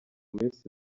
minsi